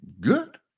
Good